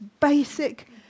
basic